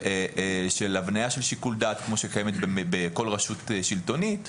של הבניה של שיקול דעת כמו שקיימת בכל רשות שלטונית,